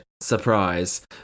Surprise